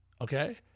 Okay